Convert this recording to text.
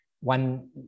one